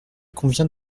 convient